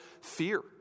fear